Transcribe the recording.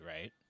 right